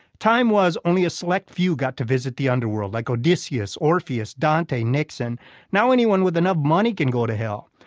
time was, only a select few got to visit the underworld, like odysseus, orpheus, dante, nixon now, anyone with enough money can go to hell.